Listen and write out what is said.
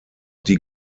die